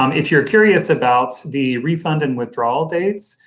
um if you're curious about the refund and withdrawal dates,